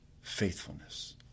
faithfulness